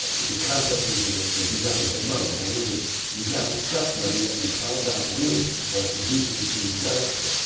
the concept is that they do nothing but money. now, we've but we've not discussed money, yet we've found out, really, what a producing team does here.